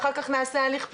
ועשינו הליך פנימי.